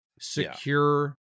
Secure